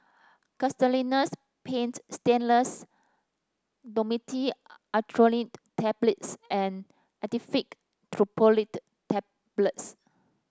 Castellani's Paint Stainless Dhamotil Atropine Tablets and Actifed Triprolidine Tablets